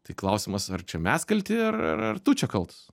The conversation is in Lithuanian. tai klausimas ar čia mes kalti ar ar tu čia kaltas